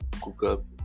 Google